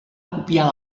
copiar